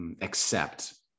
accept